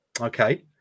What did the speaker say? Okay